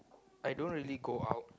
I don't really go out